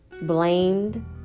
blamed